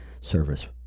service